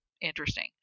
interesting